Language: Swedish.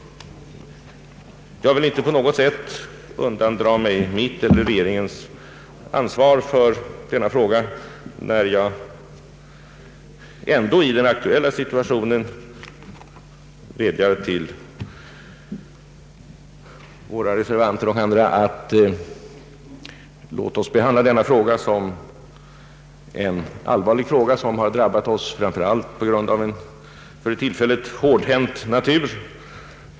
Jag vill inte heller på något sätt undandra mig mitt eller regeringens ansvar för denna fråga, när jag ändå i den aktuella situationen vädjar till reservanterna och andra att låta oss behandla detta som ett allvarligt problem som drabbat oss framför allt genom en för tillfället hårdhänt natur.